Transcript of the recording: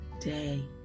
day